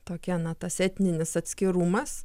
tokia na tas etninis atskirumas